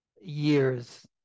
years